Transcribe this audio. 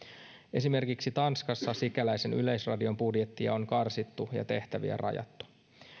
esimerkiksi tanskassa sikäläisen yleisradion budjettia on karsittu ja tehtäviä rajattu